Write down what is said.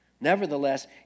Nevertheless